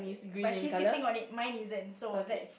by she sitting on it mine is an so that's